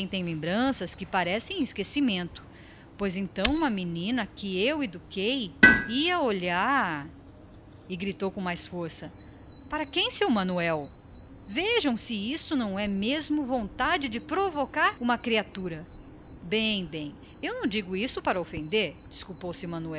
tem lembranças que parecem esquecimento pois então uma menina que eu eduquei ia olhar e gritou com mais força para quem seu manuel bem bem vejam se não é mesmo vontade de provocar uma criatura bem bem eu não digo isto para ofender desculpou-se